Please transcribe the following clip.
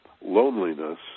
loneliness